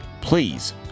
please